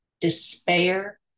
despair